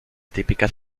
típicas